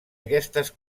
aquestes